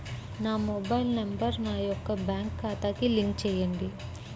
నా mobile number నా యొక్క బ్యాంక్ ఖాతాకి లింక్ చేయండీ?